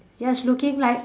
just looking like